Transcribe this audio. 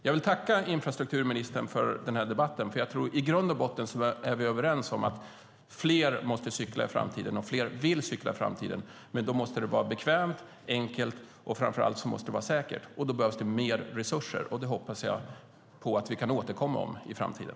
Jag vill tacka infrastrukturministern för denna debatt. I grund och botten tror jag att vi är överens om att fler måste cykla i framtiden och att fler vill cykla i framtiden. Men då måste det vara bekvämt, enkelt och framför allt säkert. Då behövs det mer resurser, och det hoppas jag att vi kan återkomma om i framtiden.